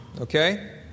okay